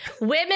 Women